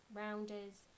rounders